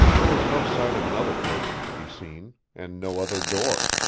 there was no sign of another person to be seen, and no other door.